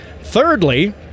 Thirdly